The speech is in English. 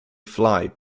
fly